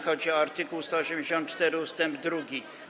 Chodzi o art. 184 ust. 2.